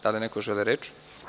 Da li neko želi reč?